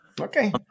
Okay